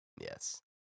Yes